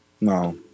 No